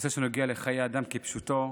נושא הנוגע לחיי אדם, כפשוטו.